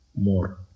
more